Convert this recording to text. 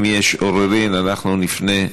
אם יש עוררין, אנחנו נפנה,